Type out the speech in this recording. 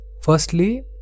Firstly